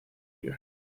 you